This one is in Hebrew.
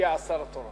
הגיע השר התורן.